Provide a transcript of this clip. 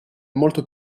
molto